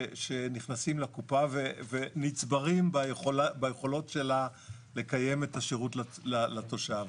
שנכנסים לקופה ונצברים ביכולות שלה לקיים את השירות לתושב.